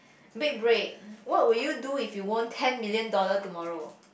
big break what will do if you won ten million dollar tomorrow